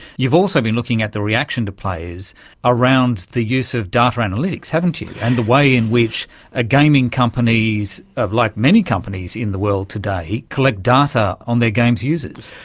you've also been looking at the reaction to players around the use of data analytics, haven't you, and the way in which ah gaming companies, like many companies in the world today, collect data on their game's users.